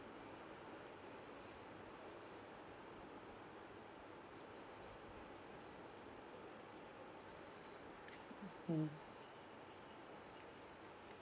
mm